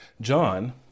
John